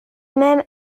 même